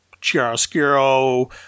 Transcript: chiaroscuro